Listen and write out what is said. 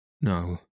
no